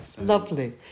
lovely